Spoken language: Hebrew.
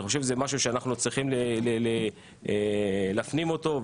אני חושב שזה משהו שאנחנו צריכים להפנים אותו,